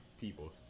people